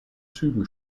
zügen